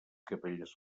capelles